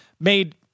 made